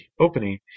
opening